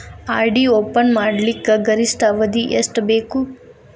RD open ಮಾಡಲಿಕ್ಕ ಗರಿಷ್ಠ ಅವಧಿ ಎಷ್ಟ ಬೇಕು?